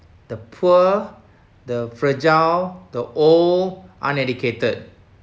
the poor the fragile the old uneducated